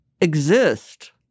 exist